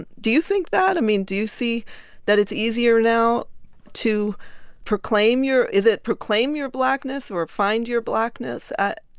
and do you think that? i mean, do you see that it's easier now to proclaim your is it proclaim your blackness or find your blackness? ah